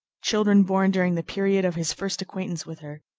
children born during the period of his first acquaintance with her,